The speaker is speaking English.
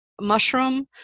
mushroom